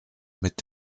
mit